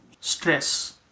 stress